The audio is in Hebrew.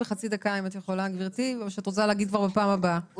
בית לחיים,